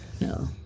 No